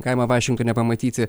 galima vašingtone pamatyti